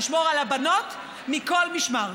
נשמור על הבנות מכל משמר.